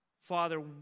father